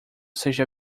seja